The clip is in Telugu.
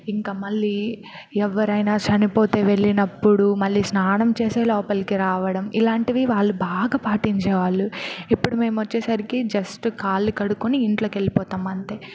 ఇంకా మళ్ళీ ఎవరైనా చనిపోతే వెళ్ళినప్పుడు మళ్ళీ స్నానం చేసే లోపలికి రావడం ఇలాంటివి వాళ్ళు బాగా పాటించేవాళ్ళు ఇప్పుడు మేము వచ్చేసరికి జస్ట్ కాళ్ళు కడుక్కుని ఇంట్లోకి వేళ్ళిపోతాంమంతే